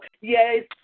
yes